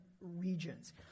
regions